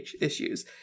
issues